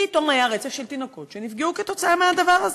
פתאום היה רצף של תינוקות שנפגעו מהדבר הזה.